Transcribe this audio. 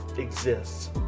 exists